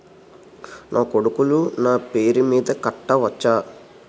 నా కొడుకులు నా పేరి మీద కట్ట వచ్చా?